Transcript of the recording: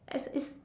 it's it's